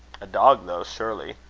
a dog though, surely?